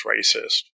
racist